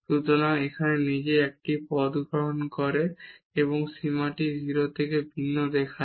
সুতরাং এখানে নিজেই একটি পথ গ্রহণ করে এবং সীমাটি 0 থেকে ভিন্ন দেখায়